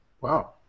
Wow